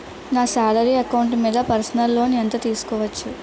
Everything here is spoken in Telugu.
నా సాలరీ అకౌంట్ మీద పర్సనల్ లోన్ ఎంత తీసుకోవచ్చు?